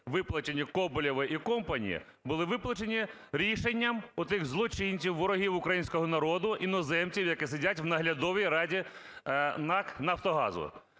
виплачені Коболєву і "компані", були виплачені рішенням цих злочинців, ворогів українського народу, іноземців, які сидять у наглядовій раді НАК "Нафтогазу".